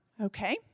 Okay